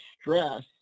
stress